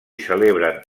celebren